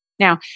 Now